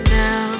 now